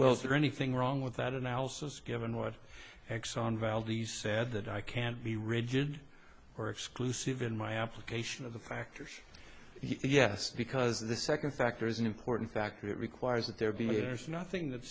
well is there anything wrong with that analysis given what exxon valdez said that i can't be rigid or exclusive in my application of the factors yes because the second factor is an important factor that requires that there be there is nothing that